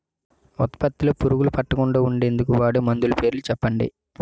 ఉత్పత్తి లొ పురుగులు పట్టకుండా ఉండేందుకు వాడే మందులు పేర్లు చెప్పండీ?